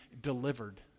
delivered